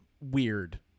weird